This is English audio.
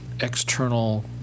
External